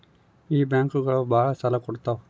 ಈ ಬ್ಯಾಂಕುಗಳು ಭಾಳ ಸಾಲ ಕೊಡ್ತಾವ